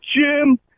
Jim